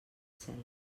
cel